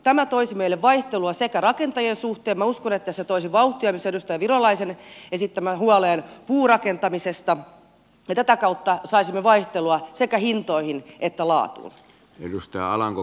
tämä toisi meille vaihtelua rakentajien suhteen ja minä uskon että se toisi vauhtia myös puurakentamiseen mistä edustaja virolaisen esitti huolensa ja tätä kautta saisimme vaihtelua sekä hintoihin että laatuun